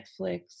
Netflix